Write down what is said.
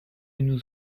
nous